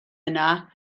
yna